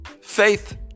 Faith